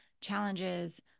challenges